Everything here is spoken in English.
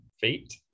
feet